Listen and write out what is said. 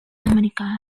america